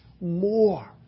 more